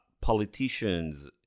politicians